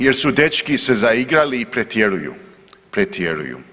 Jer su dečki se zaigrali i pretjeruju.